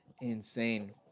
insane